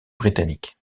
britannique